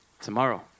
tomorrow